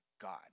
God